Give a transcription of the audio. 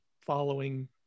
following